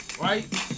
right